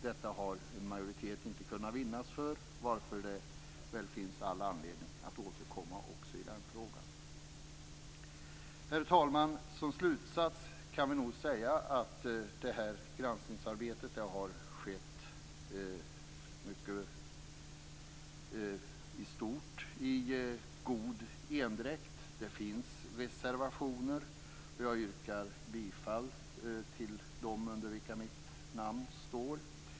Detta har en majoritet inte kunnat vinnas för, varför det finns all anledning att återkomma också i den frågan. Herr talman! Som slutsats kan vi nog säga att det här granskningsarbetet i stort skett i god endräkt. Det finns dock reservationer, och jag yrkar bifall till dem där mitt namn står.